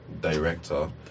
director